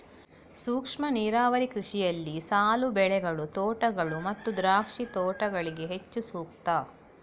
ಸೂಕ್ಷ್ಮ ನೀರಾವರಿ ಕೃಷಿಯಲ್ಲಿ ಸಾಲು ಬೆಳೆಗಳು, ತೋಟಗಳು ಮತ್ತು ದ್ರಾಕ್ಷಿ ತೋಟಗಳಿಗೆ ಹೆಚ್ಚು ಸೂಕ್ತ